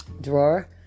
Drawer